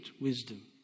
wisdom